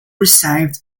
received